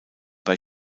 bei